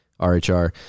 RHR